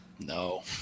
no